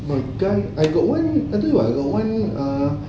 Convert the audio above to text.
my guy I got one I think I I got one ah